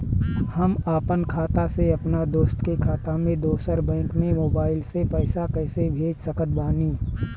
हम आपन खाता से अपना दोस्त के खाता मे दोसर बैंक मे मोबाइल से पैसा कैसे भेज सकत बानी?